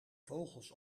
vogels